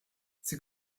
sie